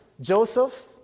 Joseph